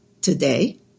today